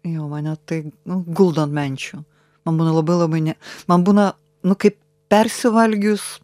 jau mane tai guldo ant menčių man būna labai labai ne man būna nu kaip persivalgius